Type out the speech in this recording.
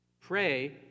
Pray